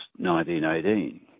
1918